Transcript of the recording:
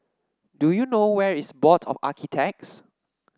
do you know where is Board of Architects